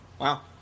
wow